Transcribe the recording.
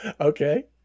Okay